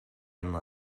and